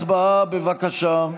הצבעה, בבקשה.